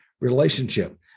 relationship